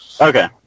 Okay